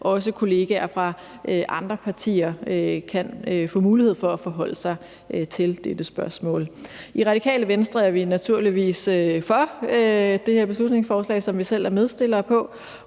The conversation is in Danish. at også kolleger fra andre partier kan få mulighed for at forholde sig til dette spørgsmål. I Radikale Venstre er vi naturligvis for det her beslutningsforslag, som vi selv er medstillere på,